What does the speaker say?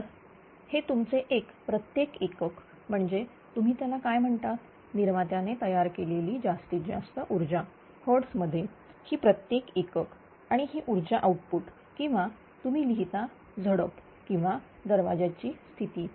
तर हे तुमचे एक प्रत्येक एकक म्हणजे तुम्ही त्याला काय म्हणतात निर्मात्याने तयार केलेली जास्तीत जास्त ऊर्जा hertz मध्ये ही प्रत्येक एकक आणि ही ऊर्जा आउटपुट किंवा तुम्ही लिहिता झडप किंवा दरवाज्याची स्थिती